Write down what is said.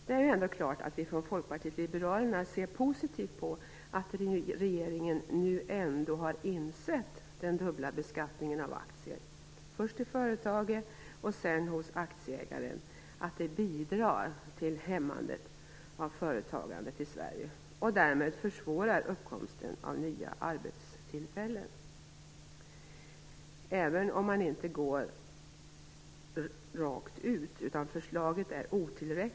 Det är ändå klart att vi från Folkpartiet liberalerna ser positivt på att regeringen nu ändå har insett att den dubbla beskattningen av aktier - först i företaget och sedan hos aktieägaren - bidrar till hämmandet av företagandet i Sverige och därmed försvårar uppkomsten av nya arbetstillfällen. Förslaget är dock otillräckligt, och räcker inte ända fram.